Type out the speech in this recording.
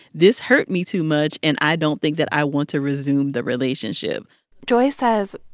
this hurt me too much, and i don't think that i want to resume the relationship joy says,